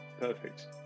Perfect